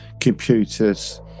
computers